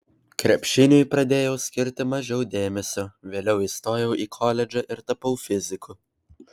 krepšiniui pradėjau skirti mažiau dėmesio vėliau įstojau į koledžą ir tapau fiziku